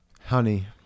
honey